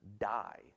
die